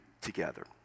together